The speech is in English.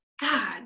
God